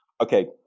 okay